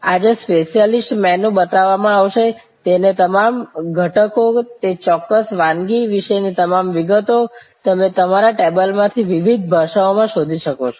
આજે special menu બતાવવામાં આવશે તેના તમામ ઘટકો તે ચોક્કસ વાનગી વિશેની તમામ વિગતો તમે તમારા ટેબલમાંથી વિવિધ ભાષાઓમાં શોધી શકો છો